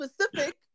specific